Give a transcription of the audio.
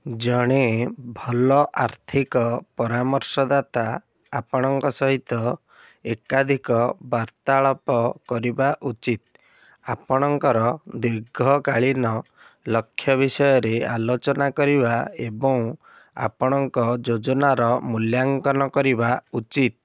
ଜଣେ ଭଲ ଆର୍ଥିକ ପରାମର୍ଶଦାତା ଆପଣଙ୍କ ସହିତ ଏକାଧିକ ବାର୍ତ୍ତାଳାପ କରିବା ଉଚିତ ଆପଣଙ୍କର ଦୀର୍ଘକାଳୀନ ଲକ୍ଷ୍ୟ ବିଷୟରେ ଆଲୋଚନା କରିବା ଏବଂ ଆପଣଙ୍କ ଯୋଜନାର ମୂଲ୍ୟାଙ୍କନ କରିବା ଉଚିତ